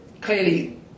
clearly